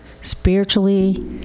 spiritually